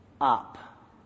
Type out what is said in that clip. up